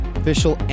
official